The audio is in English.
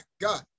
God